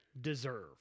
deserve